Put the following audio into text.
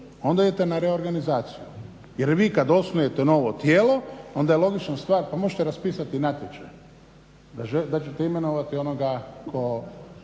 onda idete na reorganizaciju. Jer vi kad osnujete novo tijelo, onda je logična stvar pa možete raspisati natječaj da ćete imenovati onoga tko